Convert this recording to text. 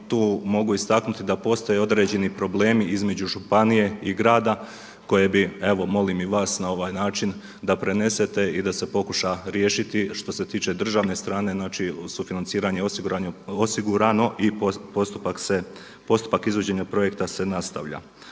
tu mogu istaknuti da postoje određeni problemi između županije i grada koje bi evo molim i vas na ovaj način da prenesete i da se pokuša riješiti što se tiče državne strane sufinanciranje osigurano i postupak izvođenja projekta se nastavlja.